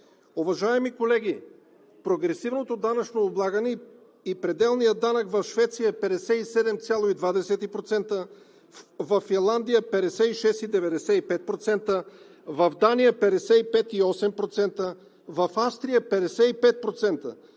Уважаеми колеги, прогресивното данъчно облагане и пределният данък в Швеция е 57,20%, във Финландия – 56,95%, в Дания – 55,8%, в Австрия – 55%,